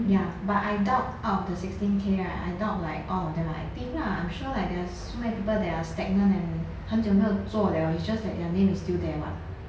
ya but I doubt out of the sixteen K right I doubt like all of them are active lah I'm sure like there are like so many people that are stagnant and 很久没有做 liao it's just that their name is still there [what]